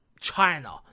China